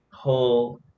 whole